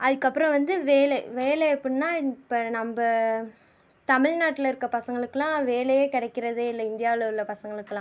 அதுக்கப்புறம் வந்து வேலை வேலை எப்புடின்னா இப்போ நம்ம தமிழ்நாட்லயிருக்க பசங்களுக்குலாம் வேலை கிடைக்கிறது இல்லை இந்தியாவில் உள்ள பசங்களுக்குலாம்